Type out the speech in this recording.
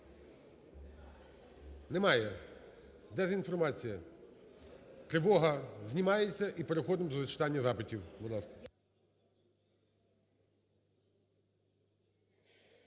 Немає. Дезінформація, тривога знімається і переходимо до зачитання запитів.